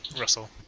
Russell